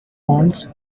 wants